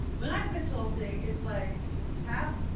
when i'm consulting, it's like half,